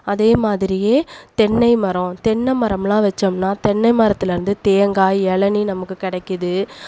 அதேமாதிரியே தென்னைமரம் தென்னமரம்லான் வச்சோம்னா தென்னைமரத்துலேருந்து தேங்காய் இளநி நமக்கு கிடைக்குது